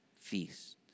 feast